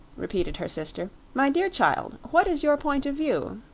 repeated her sister. my dear child, what is your point of view?